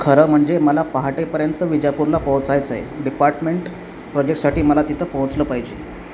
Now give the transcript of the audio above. खरं म्हणजे मला पहाटेपर्यंत विजापूरला पोहोचायचं आहे डिपार्टमेंट प्रोजेक्टसाठी मला तिथं पोहोचलं पाहिजे